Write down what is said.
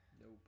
Nope